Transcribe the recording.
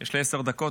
יש לי עשר דקות,